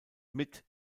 mit